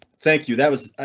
thank you. that was